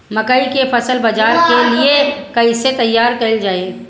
मकई के फसल बाजार के लिए कइसे तैयार कईले जाए?